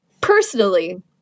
Personally